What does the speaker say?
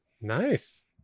Nice